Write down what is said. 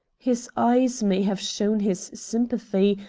his eyes may have shown his sympathy,